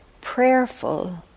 prayerful